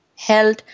health